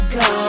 go